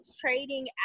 trading